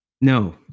no